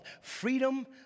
freedom